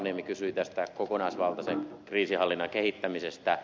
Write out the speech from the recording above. paloniemi kysyi tästä kokonaisvaltaisen kriisinhallinnan kehittämisestä